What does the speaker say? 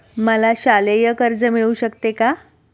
मला शालेय कर्ज मिळू शकते का?